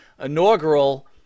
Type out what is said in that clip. inaugural